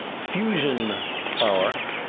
fusion power,